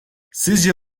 sizce